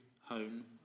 home